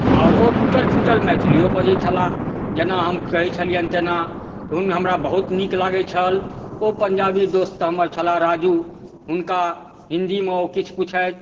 आओर ओ टुटल फुटल मैथिलिओ बजै छलाह जेना हम कहै छलिअनि तेना तहन हमरा बहुत नीक लागै छल ओ पञ्जाबी दोस्त हमर छलाह राजू हुनका हिन्दीमे ओ किछु पुछथि